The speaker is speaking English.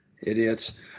Idiots